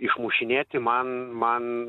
išmušinėti man man